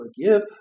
forgive